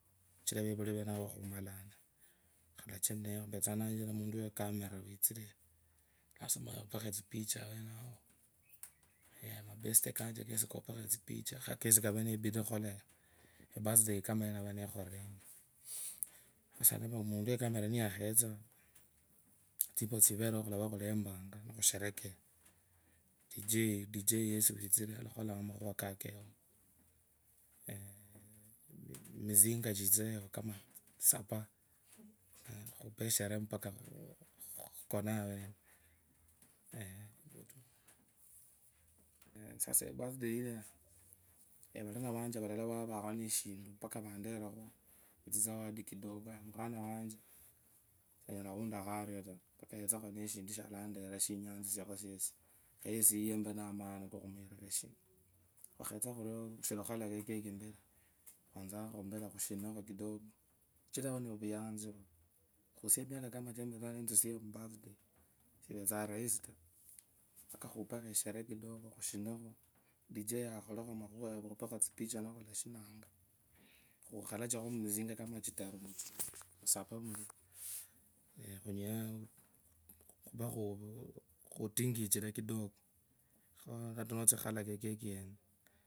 Sichira vevuli venavo khumalane ompetsanga nikanjire omuntu wekameru lazima khulopukho tsipicha wenao aya mubante kanje kopekho tsipicha khakasi kave nibidii khukhula e- birthday kama yanava nekhorire ino sasa muntu wecamera niyakhetsa tsimbo tsivereo khulava khulemranga nikhuserekea dj yesi witsire alakholaa makhuva kakee yao eeeh mizinga chitsiriro yao kamaa sapaa khupee esherehe mpaka khukonee awenao sasa birthday ilia valana vanje valala vakho neshindu mpaka vonderirakhu tsizawadi mukhana wanje sanyala khundakha ario taa mpaka yetsekhu neshindu shamaana khesie eyiye embee namaani kukhumu khunee vuyanzi khusia miaka kama chanuste mubirthday siivenzangu raisi taa mpaka khupekho esherehe kidogo khushinekho dj akhulekhu makhuva kupekho tsipicha nomba shinu khukhalechakho misinga komachitanu khusapaa khuvekhutingichire kidogo ata notsia khukhalaka ekeki yenee.